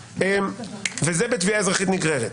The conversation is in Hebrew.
זה בתביעה אזרחית נגררת.